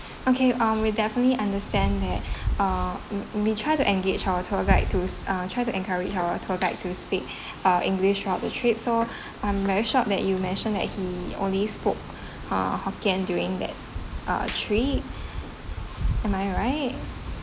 okay um we definitely understand that uh we we try to engage our tour guide to uh try to encourage our tour guide to to speak uh english throughout the trip so I'm very shocked that you mentioned that he only spoke uh hokkien during that ah trip am I right